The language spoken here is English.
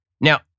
Now